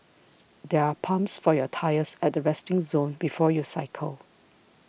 there are pumps for your tyres at the resting zone before you cycle